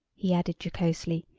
he added jocosely,